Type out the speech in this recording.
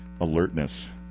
alertness